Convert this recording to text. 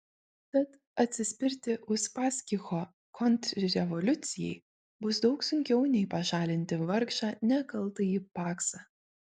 tad atsispirti uspaskicho kontrrevoliucijai bus daug sunkiau nei pašalinti vargšą nekaltąjį paksą